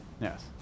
Yes